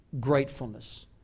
gratefulness